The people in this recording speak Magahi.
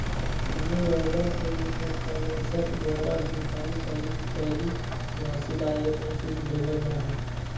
मनी ऑर्डर के रूप में प्रेषक द्वारा भुगतान कइल गईल राशि ला एक रसीद देवल जा हई